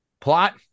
Plot